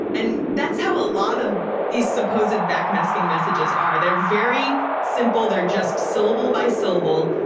and that's how a lot of these supposed backmasking messages are. they're very simple, they're just syllable by syllable,